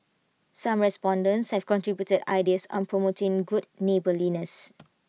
some respondents have contributed ideas on promoting good neighbourliness